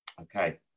Okay